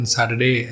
Saturday